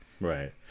right